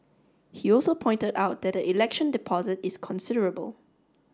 he also pointed out that the election deposit is considerable